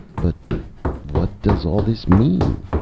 but what does all this mean?